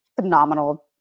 phenomenal